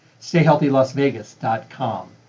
StayHealthyLasVegas.com